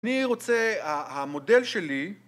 ‫אני רוצה... ה... מודל שלי...